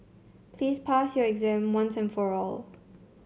please pass your exam once and for all